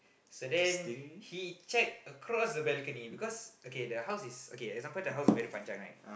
so then he check across the balcony because okay the house is okay for example the house is very panjang right